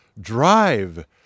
drive